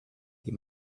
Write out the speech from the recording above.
die